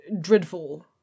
dreadful